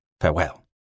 farewell